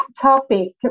topic